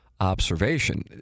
observation